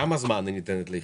כמה זמן היא ניתנת לאחסון?